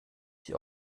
sie